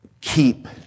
keep